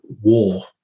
war